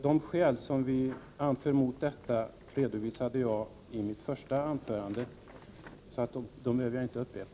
De skäl som vi anför mot detta redovisade jag i mitt första anförande, så dem behöver jag inte upprepa.